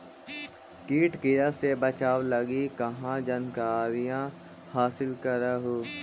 किट किड़ा से बचाब लगी कहा जानकारीया हासिल कर हू?